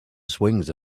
swings